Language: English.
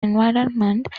environment